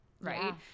right